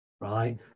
right